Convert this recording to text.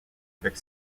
avec